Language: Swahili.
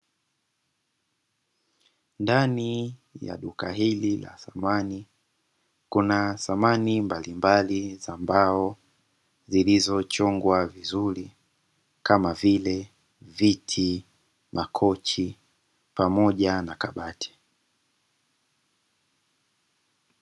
Ndani ya duka hili la samani, kuna samani mbalimbali za mbao zilizochongwa vizuri, kama vile: viti, makochi pamoja na kabati.